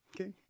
Okay